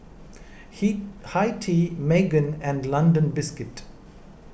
Hi Tea Megan and London Biscuits